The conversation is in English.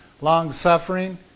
Long-suffering